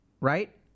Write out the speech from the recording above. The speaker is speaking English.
Right